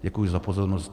Děkuji za pozornost.